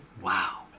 Wow